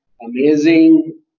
amazing